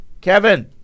Kevin